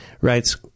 writes